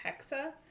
Hexa